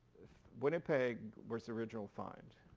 winnipeg was the original find.